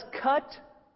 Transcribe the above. cut